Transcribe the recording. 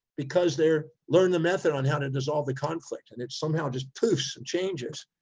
because they're learning the method on how to dissolve the conflict. and it's somehow just poofs and changes.